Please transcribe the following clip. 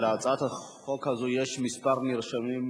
להצעת החוק הזו יש כמה נרשמים,